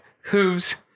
hooves